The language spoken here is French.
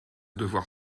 devoir